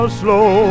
slow